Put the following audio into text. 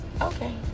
Okay